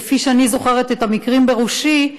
כפי שאני זוכרת את המקרים בראשי,